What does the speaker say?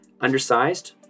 Undersized